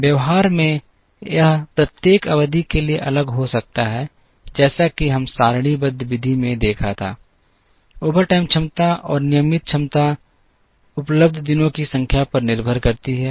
व्यवहार में यह प्रत्येक अवधि के लिए अलग हो सकता है जैसा कि हमने सारणीबद्ध विधि में देखा था ओवरटाइम क्षमता और नियमित समय क्षमता उपलब्ध दिनों की संख्या पर निर्भर करती है